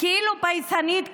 כאילו פייסנית,